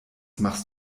machst